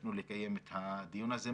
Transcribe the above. ביקשנו לקיים את הדיון הזה,